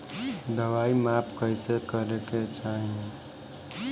दवाई माप कैसे करेके चाही?